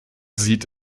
sieht